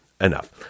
enough